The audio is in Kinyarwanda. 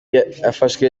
yafashe